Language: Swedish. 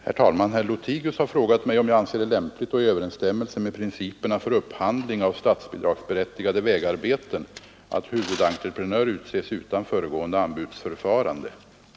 Herr talman! Herr Lothigius har frågat mig om jag anser det lämpligt och i överensstämmelse med principerna för upphandling av statsbidragsberättigade vägarbeten att huvudentreprenör utses utan föregående anbudsförfarande.